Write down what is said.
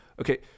Okay